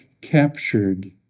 captured